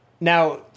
Now